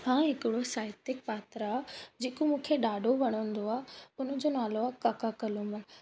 हा हिकिड़ो साहित्यिक पात्र आहे जेको मूंखे ॾाढो वणंदो आहे उन जो नालो आहे काका कल्लूमल